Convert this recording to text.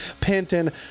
Penton